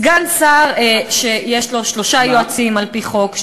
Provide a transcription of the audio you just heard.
סגן שר שיש לו שלושה יועצים על-פי חוק,